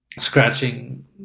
scratching